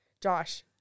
Josh